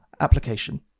application